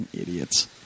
Idiots